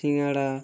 সিঙাড়া